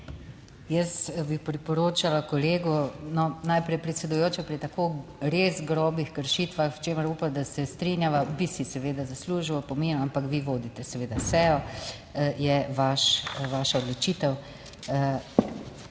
Jaz bi priporočala kolegu, no, najprej predsedujoča, pri tako res grobih kršitvah, o čemer upam, da se strinjava, bi si seveda zaslužil opomin, ampak vi vodite seveda sejo, je vaš, vaša odločitev.